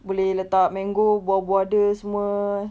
boleh letak mango buah-buah dia semua